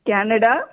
Canada